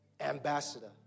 ambassador